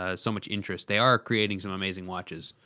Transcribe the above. ah so much interest. they are creating some amazing watches.